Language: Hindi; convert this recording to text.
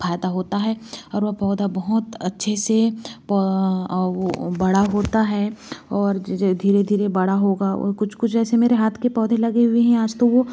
फायदा होता है और वह पौधा बहुत अच्छे से वो बड़ा होता है और धीरे धीरे बड़ा होगा और कुछ कुछ ऐसे मेरे हाँथ के पौधे लगे हुए हैं आज तो वो